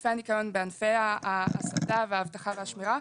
בענפי הניקיון, בענפי האבטחה והשמירה.